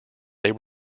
they